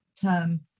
term